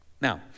Now